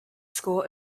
school